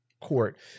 court